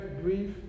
brief